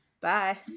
bye